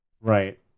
Right